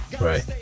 right